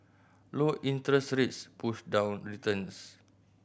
low interest rates push down returns